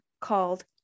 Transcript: called